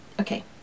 okay